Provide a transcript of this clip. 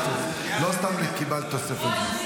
לא סתם קיבלת תוספת זמן.